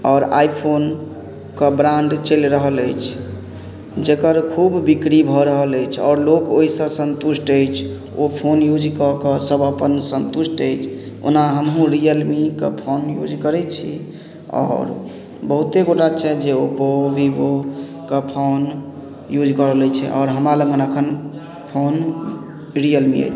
आओर आइ फोन कऽ ब्रांड चलि रहल अछि जेकर खूब बिक्री भऽ रहल अछि आओर लोक ओहिसँ संतुष्ट अछि ओ फोन यूज कऽ कऽ सब अपन संतुष्ट अछि ओना हमहुँ रियल मीके फोन यूज करै छी आओर बहुते गोटा छै जे ओप्पो विवो कऽ फोन यूज कऽ रहल अइछ और हमरा लगन अखन फोन रियल मी अइछ